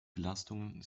belastungen